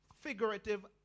figurative